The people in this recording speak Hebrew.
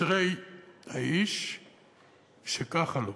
"אשרי האיש שככה לו",